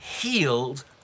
healed